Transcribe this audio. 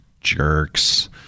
jerks